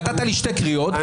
נתת לי שתי קריאות,